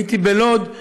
הייתי בלוד,